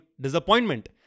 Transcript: disappointment